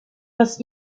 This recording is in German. was